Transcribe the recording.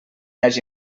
hagi